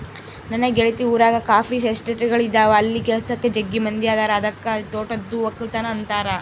ನನ್ನ ಗೆಳತಿ ಊರಗ ಕಾಫಿ ಎಸ್ಟೇಟ್ಗಳಿದವ ಅಲ್ಲಿ ಕೆಲಸಕ್ಕ ಜಗ್ಗಿ ಮಂದಿ ಅದರ ಅದಕ್ಕ ತೋಟದ್ದು ವಕ್ಕಲತನ ಅಂತಾರ